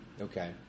Okay